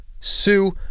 Sue